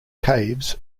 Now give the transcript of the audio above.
caves